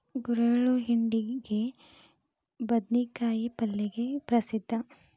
ಗುರೆಳ್ಳು ಹಿಂಡಿಗೆ, ಬದ್ನಿಕಾಯ ಪಲ್ಲೆಗೆ ಪ್ರಸಿದ್ಧ